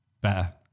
Better